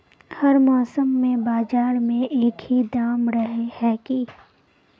हर मौसम में बाजार में एक ही दाम रहे है की?